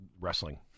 wrestling